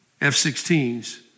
F-16s